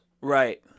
Right